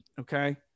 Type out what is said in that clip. Okay